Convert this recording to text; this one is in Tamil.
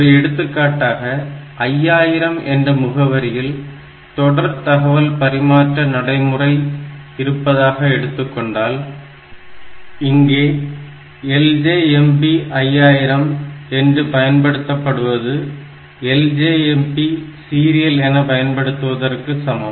ஒரு எடுத்துக்காட்டாக 5000 என்ற முகவரியில் தொடர் தகவல் பரிமாற்ற நடைமுறை இருப்பதாக எடுத்துக்கொண்டால் இங்கே LJMP 5000 என்று பயன்படுத்துவது LJMP serial என பயன்படுத்துவதற்கு சமம்